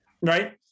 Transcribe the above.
right